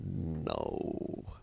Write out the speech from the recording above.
No